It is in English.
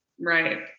Right